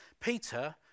peter